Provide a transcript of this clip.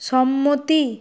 সম্মতি